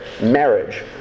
marriage